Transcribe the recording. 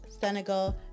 Senegal